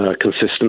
consistent